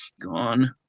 gone